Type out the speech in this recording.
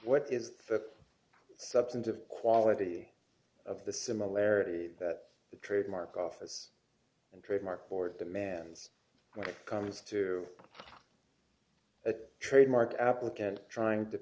what is the substantive quality of the similarity that the trademark office and trademark board demands when it comes to a trademark applicant trying to